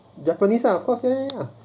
japanese lah of course meh